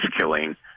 killing